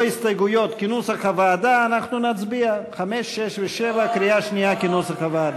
לא, לא יהיו הסתייגויות גם לסעיף 7. לסעיף 8?